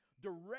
Direct